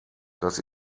das